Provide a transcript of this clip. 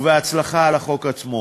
ובהצלחה לחוק עצמו.